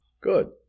Good